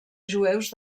jueus